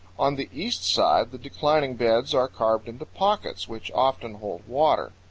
on the east side the declining beds are carved into pockets, which often hold water.